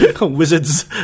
Wizards